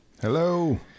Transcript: Hello